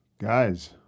Guys